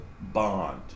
bond